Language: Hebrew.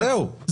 זה לא מכובד.